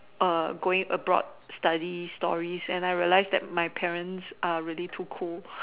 err going abroad study stories and I realized that my parents are really too cool